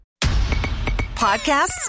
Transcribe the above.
Podcasts